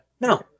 No